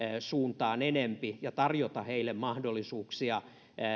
suuntaan enempi ja tarjota heille mahdollisuuksia